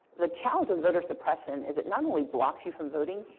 the challenge with voter suppression is it not only blocks you from voting,